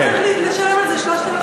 לא צריך לשלם על זה 3,000 שקל.